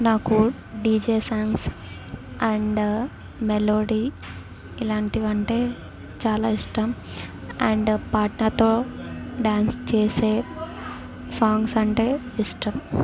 నాకు DJ songs and melody ఇలాంటివి అంటే చాలా ఇష్టం అండ్ పాటతో డ్యాన్స్ చేసే సాంగ్స్ అంటే ఇష్టం